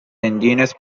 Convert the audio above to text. contentious